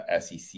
SEC